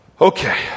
Okay